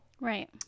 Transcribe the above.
Right